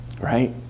Right